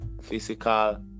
physical